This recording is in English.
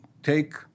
take